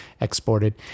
exported